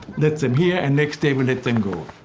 let's them here and next day we let them go.